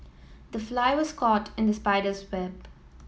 the fly was caught in the spider's web